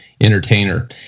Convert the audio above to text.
entertainer